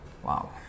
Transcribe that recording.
Wow